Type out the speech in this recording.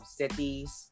cities